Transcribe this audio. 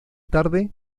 tarde